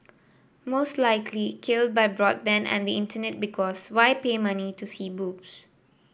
most likely killed by broadband and the Internet because why pay money to see boobs